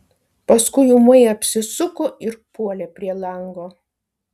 paskui ūmai apsisuko ir puolė prie lango